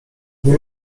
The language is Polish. nie